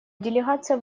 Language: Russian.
делегация